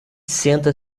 senta